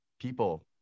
people